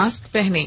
mask पहनें